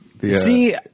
See